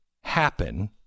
happen